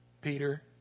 Peter